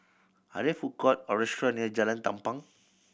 are there food court or restaurant near Jalan Tampang